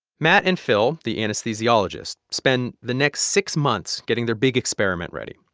matt and phil, the anesthesiologist, spend the next six months getting their big experiment ready.